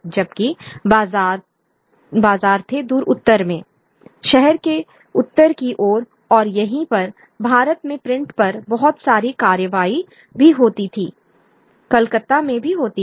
जबकि बाजारथे दूर उत्तर में शहर के उत्तर की ओर और यहीं पर भारत में प्रिंट पर बहुत सारी कार्रवाई भी होती है कलकत्ता में भी होती है